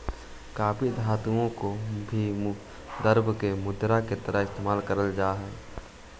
काफी धातुओं को भी द्रव्य मुद्रा की तरह इस्तेमाल करल जा हई